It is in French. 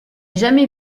jamais